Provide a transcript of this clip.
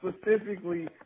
specifically